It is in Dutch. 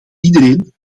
iedereen